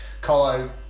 Colo